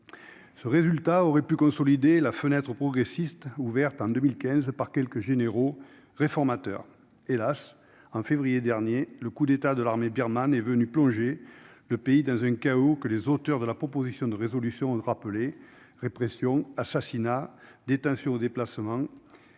Ce résultat aurait pu consolider la fenêtre progressiste ouverte en 2015 par quelques généraux réformateurs. Hélas, en février dernier le coup d'État de l'armée birmane est venu plonger le pays dans un chaos que les auteurs de la proposition de résolution ont rappelé : répression, assassinat, détention ou déplacement